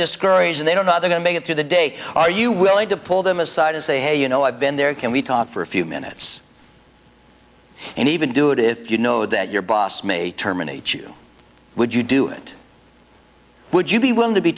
discouraged and they don't other than make it through the day are you willing to pull them aside and say hey you know i've been there can we talk for a few minutes and even do it if you know that your boss may terminate you would you do it would you be willing to be